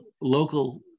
local